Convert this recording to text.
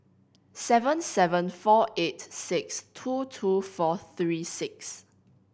seven seven four eight six two two four three six